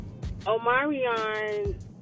Omarion